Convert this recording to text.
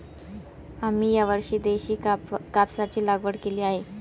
आम्ही यावर्षी देशी कापसाची लागवड केली आहे